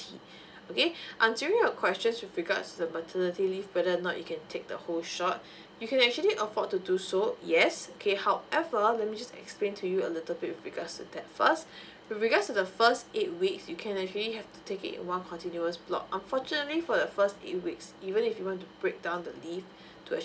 okay answering your questions with regard to the maternity leave whether not you can take the whole shot you can actually afford to do so yes okay however let me just explain to you a little bit with regard to that first with regard to the first eight week you can actually have to take it in one continuous block unfortunately for the first eight weeks even if you want to breakdown the leave to actually